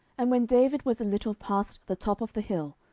and when david was a little past the top of the hill,